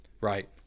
Right